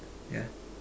ya